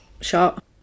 shot